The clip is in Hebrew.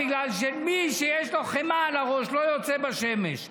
משום שמי שיש לו חמאה על הראש לא יוצא לשמש.